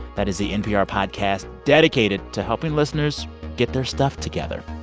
that is the npr podcast dedicated to helping listeners get their stuff together.